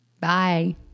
Bye